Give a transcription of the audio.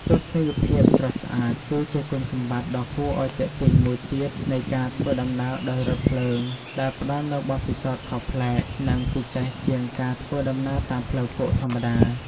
ទស្សនីយភាពស្រស់ស្អាត គឺជាគុណសម្បត្តិដ៏គួរឲ្យទាក់ទាញមួយទៀតនៃការធ្វើដំណើរដោយរថភ្លើង ដែលផ្តល់នូវបទពិសោធន៍ខុសប្លែក និងពិសេសជាងការធ្វើដំណើរតាមផ្លូវគោកធម្មតា។